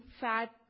fat